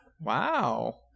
Wow